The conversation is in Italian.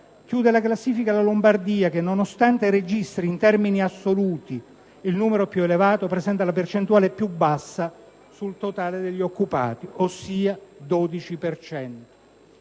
Chiude la classifica la Lombardia, che, nonostante registri in termini assoluti il numero più elevato, presenta la percentuale più bassa sul totale degli occupati, ossia il